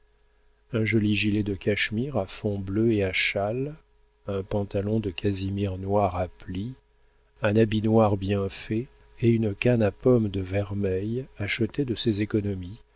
un joli gilet de cachemire à fond bleu et à châle un pantalon de casimir noir à plis un habit noir bien fait et une canne à pomme de vermeil achetée de ses économies